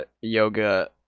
yoga